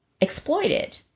exploited